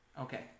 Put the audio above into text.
Okay